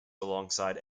alongside